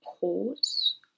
pause